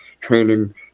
training